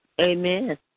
Amen